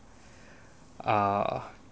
ah